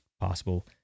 possible